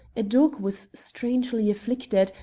a dog was strangely afflicted,